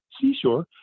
seashore